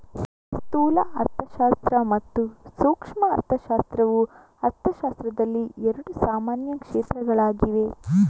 ಸ್ಥೂಲ ಅರ್ಥಶಾಸ್ತ್ರ ಮತ್ತು ಸೂಕ್ಷ್ಮ ಅರ್ಥಶಾಸ್ತ್ರವು ಅರ್ಥಶಾಸ್ತ್ರದಲ್ಲಿ ಎರಡು ಸಾಮಾನ್ಯ ಕ್ಷೇತ್ರಗಳಾಗಿವೆ